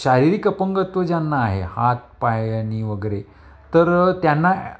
शारीरिक अपंगत्व ज्यांना आहे हात पायानी वगैरे तर त्यांना